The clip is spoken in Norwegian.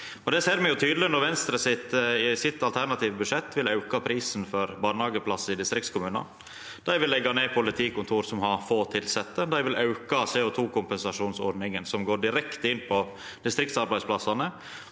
Det ser me tydeleg når Venstre i sitt alternative budsjett vil auka prisen for barnehageplassar i distriktskommunar. Dei vil òg leggja ned politikontor som har få tilsette, dei vil auka CO2-kompensasjonsordninga som verkar direkte inn på distriktsarbeidsplassane,